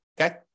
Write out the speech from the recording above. okay